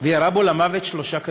וירה בו למוות שלושה כדורים.